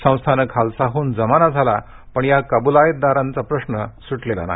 संस्थानं खालसा होऊन जमाना झाला पण या कबूलायतदारांचा प्रश्न सुटला नाही